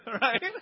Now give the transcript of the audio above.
right